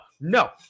no